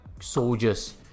soldiers